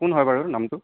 কোন হয় বাৰু নামটো